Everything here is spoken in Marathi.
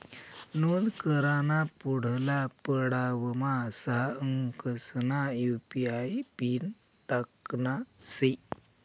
नोंद कराना पुढला पडावमा सहा अंकसना यु.पी.आय पिन टाकना शे